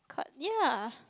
ya